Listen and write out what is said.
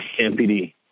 MPD